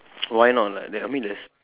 why not like there I mean there's